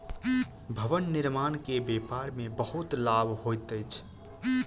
भवन निर्माण के व्यापार में बहुत लाभ होइत अछि